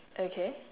okay